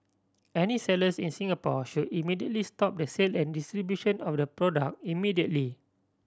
any sellers in Singapore should immediately stop the sale and distribution of the product immediately